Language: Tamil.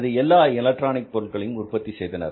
அல்லது எல்லா எலக்ட்ரானிக் பொருட்களையும் உற்பத்தி செய்தனர்